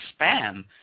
spam